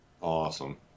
Awesome